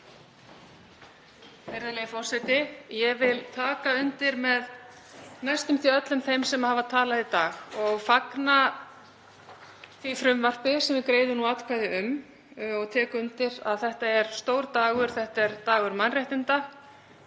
Virðulegi forseti. Ég vil taka undir með næstum því öllum þeim sem talað hafa í dag. Ég fagna því frumvarpi sem við greiðum nú atkvæði um og tek undir að þetta er stór dagur. Þetta er dagur mannréttinda.